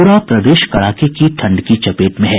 पूरा प्रदेश कड़ाके की ठंड की चपेट में है